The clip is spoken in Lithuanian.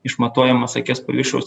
išmatuojamas akies paviršiaus